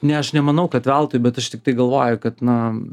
ne aš nemanau kad veltui bet aš tiktai galvoju kad na